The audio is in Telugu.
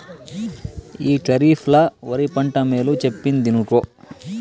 ఈ కరీఫ్ ల ఒరి పంట మేలు చెప్పిందినుకో